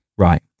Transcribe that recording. Right